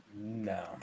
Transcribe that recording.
No